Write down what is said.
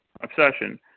obsession